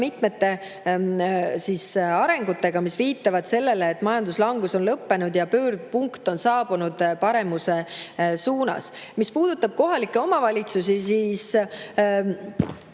mitmete arengutega, mis viitavad sellele, et majanduslangus on lõppenud ja pöördepunkt on saabunud, [areng on] paremuse suunas. Mis puudutab kohalikke omavalitsusi, siis